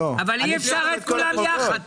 אבל אי אפשר כולם ביחד.